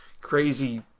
crazy